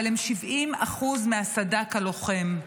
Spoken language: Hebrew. אבל הם 70% מהסד"כ הלוחם.